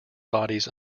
bodies